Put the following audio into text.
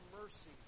mercy